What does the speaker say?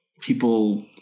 people